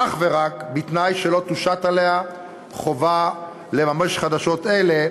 אך ורק בתנאי שלא תושת עליה החובה לממן חדשות אלה